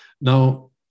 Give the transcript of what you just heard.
Now